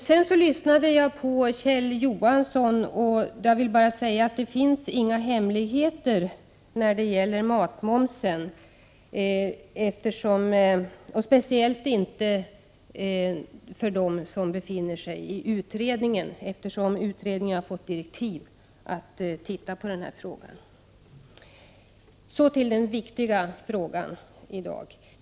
Jag lyssnade på Kjell Johansson, och jag vill säga till honom att centerpartiet inte har några hemligheter när det gäller matmomsen, och speciellt inte för dem som befinner sig i utredningen, eftersom den har fått direktiv att titta på denna fråga. Så till den viktiga frågan i dag.